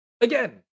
again